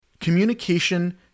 Communication